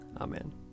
Amen